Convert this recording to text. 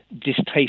distaste